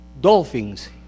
dolphins